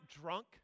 drunk